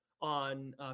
on